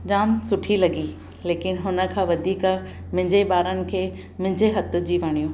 जामु सुठी लॻी लेकिन हुन खां वधीक मुंहिंजे ॿारनि खे मुंहिंजी हथ जी वणियूं